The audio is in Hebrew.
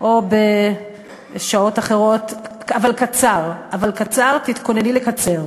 או בשעות אחרות, אבל קצר, אבל קצר, תתכונני לקצר.